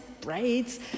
braids